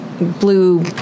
blue